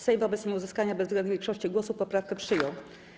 Sejm wobec nieuzyskania bezwzględnej większości głosów poprawkę przyjął.